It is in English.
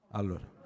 allora